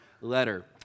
letter